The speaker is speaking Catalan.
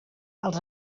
els